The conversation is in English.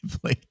play